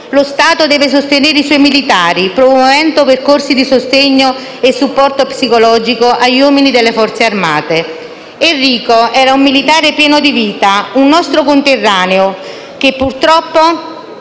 Lo Stato deve sostenere i suoi militari, promuovendo percorsi di sostegno e supporto psicologico agli uomini delle Forze Armate. Enrico era un militare pieno di vita, un nostro conterraneo che, purtroppo,